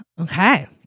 Okay